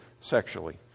sexually